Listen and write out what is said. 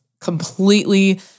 completely